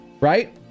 right